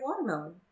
watermelon